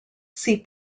see